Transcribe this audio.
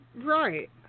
Right